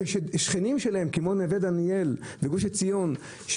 כששכנים שלהם כמו נווה דניאל בגוש עציון,